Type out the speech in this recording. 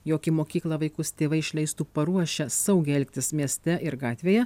jog į mokyklą vaikus tėvai išleistų paruošę saugiai elgtis mieste ir gatvėje